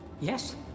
yes